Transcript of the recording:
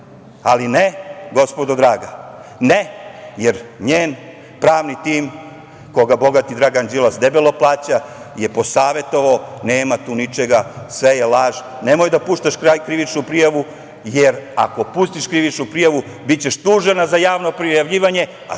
Ali, ne, gospodo draga, ne, jer njen pravni tim, koga bogati Dragan Đilas debelo plaća, je posavetovao. Nema tu ničega, sve je laž. Nemoj da puštaš krivičnu prijavu jer ako pustiš krivičnu prijavu, bićeš tužena za javno prijavljivanje, a